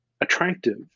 attractive